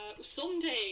someday